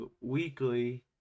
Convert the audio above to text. Weekly